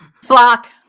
Flock